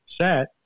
set